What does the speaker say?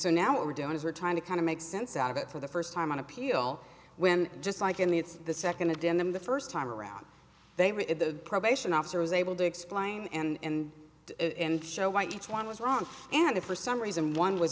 so now what we're doing is we're trying to kind of make sense out of it for the first time on appeal when just like in the it's the second a denim the first time around they were in the probation officer was able to explain and show why each one was wrong and if for some reason one was